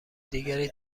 دیگری